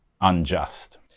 unjust